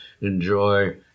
enjoy